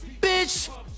bitch